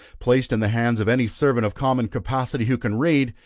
placed in the hands of any servant of common capacity, who can read,